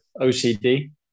OCD